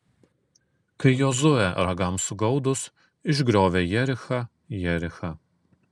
kai jozuė ragams sugaudus išgriovė jerichą jerichą